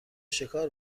شکار